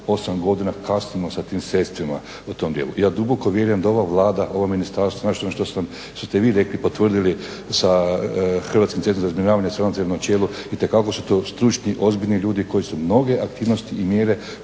Hrvatskim centrom za razminiravanje s … na čelu, itekako su to stručni, ozbiljni ljudi koji su mnoge aktivnosti i mjere,